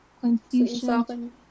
confusion